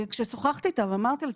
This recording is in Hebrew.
כששוחחתי איתה ואמרתי לה,